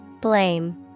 Blame